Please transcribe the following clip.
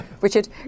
Richard